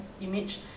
image